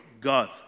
God